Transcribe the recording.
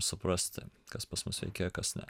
suprasti kas pas mus veikia kas ne